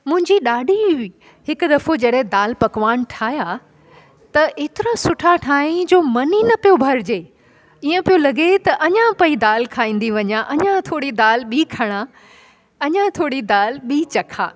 मुंहिंजी ॾाॾी हुई हिक दफ़े जॾहिं दाल पकवान ठाहिया त ऐतिरा सुठा ठाहियाईं जो मनु ई न पियो भरिजे ईअं पियो लॻे त अञा पई दाल खाईंदी वञा अञा थोरी दाल ॿी खणां अञा थोरी दाल ॿी चखां